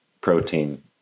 protein